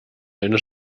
eine